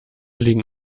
liegen